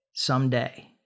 Someday